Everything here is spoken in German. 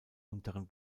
unteren